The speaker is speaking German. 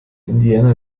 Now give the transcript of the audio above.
indiana